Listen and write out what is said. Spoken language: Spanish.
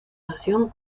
nación